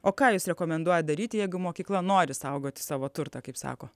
o ką jūs rekomenduojat daryti jeigu mokykla nori saugoti savo turtą kaip sako